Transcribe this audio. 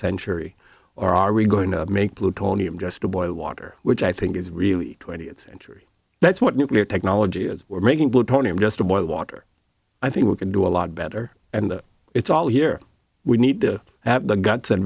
century or are we going to make plutonium just to boil water which i think is really twentieth century that's what nuclear technology as we're making will tony i'm just a boil water i think we can do a lot better and it's all here we need to have the guts and